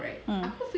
mm